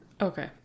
Okay